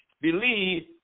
believe